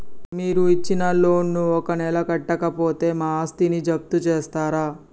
మీరు ఇచ్చిన లోన్ ను ఒక నెల కట్టకపోతే మా ఆస్తిని జప్తు చేస్తరా?